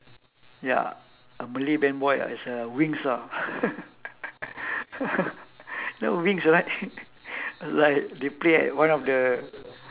ya a malay band boy ah is a wings ah the wings right was like they play at one of the